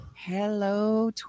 Hello